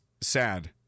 sad